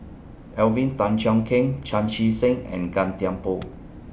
Alvin Tan Cheong Kheng Chan Chee Seng and Gan Thiam Poh